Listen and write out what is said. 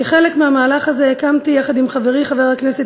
כחלק מהמהלך הזה הקמתי יחד עם חברי חבר הכנסת